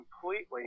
completely